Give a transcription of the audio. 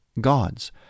God's